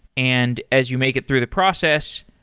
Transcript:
and as you make it through the process,